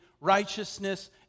righteousness